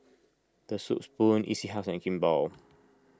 the Soup Spoon E C House and Kimball